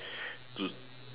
to